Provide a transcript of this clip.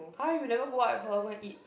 !huh! you never go out with her go and eat